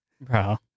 Bro